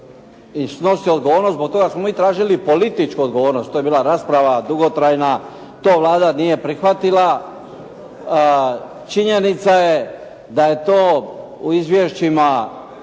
i snosi odgovornost, zbog toga smo mi tražili političku odgovornost. To je bila rasprava dugotrajna. To Vlada nije prihvatila. Činjenica je da je to u izvješćima,